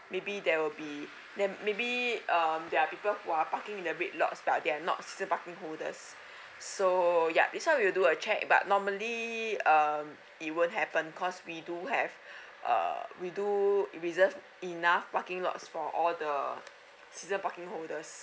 maybe there will be then maybe um there are people who are parking in the red lots that they are not season parking holders so yup so this one we'll do a check but normally uh it won't happen cause we do have uh we do err reserved enough parking lots for all the season parking holders